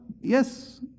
Yes